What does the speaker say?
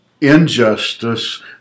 injustice